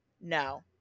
No